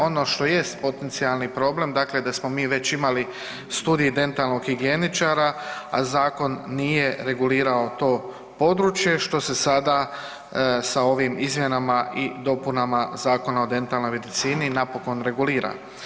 Ono što jest potencijalni problem da smo mi već imali studij dentalnog higijeničara, a zakon nije regulirao to područje što se sada sa ovim izmjenama i dopunama Zakona o dentalnoj medicini napokon regulira.